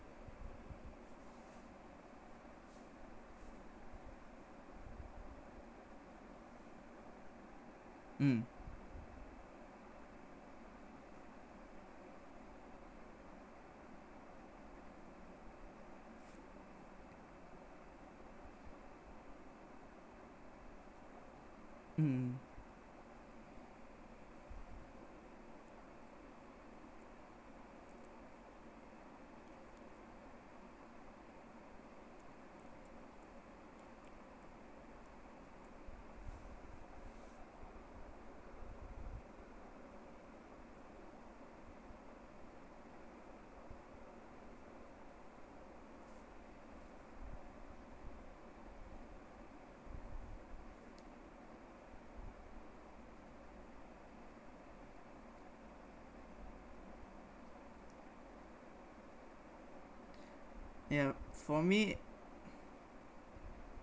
mm mm